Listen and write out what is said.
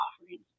offerings